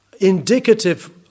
indicative